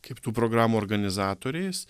kaip tų programų organizatoriais